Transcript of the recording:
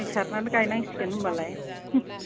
दै सारनानै गायनांसिगो होनबालाय